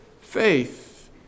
faith